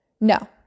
No